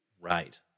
Right